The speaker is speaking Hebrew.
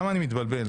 ומשפט.